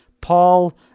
Paul